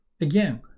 Again